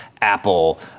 Apple